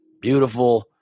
Beautiful